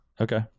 Okay